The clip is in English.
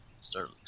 start